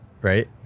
Right